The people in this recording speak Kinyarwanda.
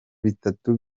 bitatu